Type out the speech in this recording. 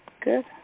Good